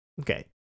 Okay